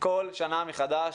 כל שנה מחדש,